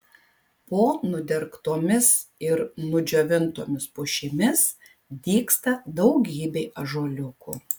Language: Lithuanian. po nudergtomis ir nudžiovintomis pušimis dygsta daugybė ąžuoliukų